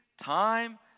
time